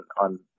on